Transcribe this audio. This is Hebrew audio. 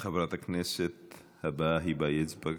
חברת הכנסת הבאה, היבה יזבק,